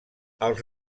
els